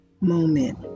Moment